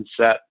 set